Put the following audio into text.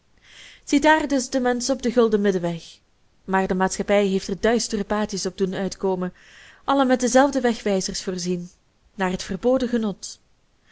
ziedaar dus den mensch op den gulden middenweg maar de maatschappij heeft er duistere paadjes op doen uitkomen allen met dezelfde wegwijzers voorzien naar het verboden genot